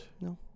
No